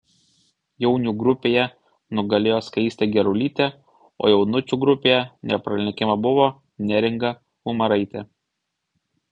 jaunių grupėje nugalėjo skaistė gerulytė o jaunučių grupėje nepralenkiama buvo neringa umaraitė